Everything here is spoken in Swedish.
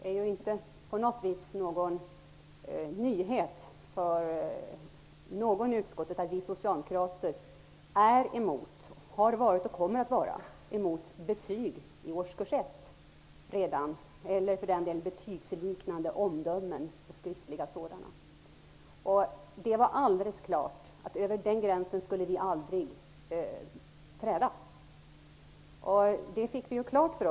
Fru talman! Det är inte någon nyhet för någon i socialutskottet att vi socialdemokrater är, har varit och kommer att vara emot betyg eller betygsliknande skriftliga omdömen redan i årskurs 1. Det var alldeles klart att vi aldrig skulle träda över den gränsen.